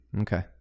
Okay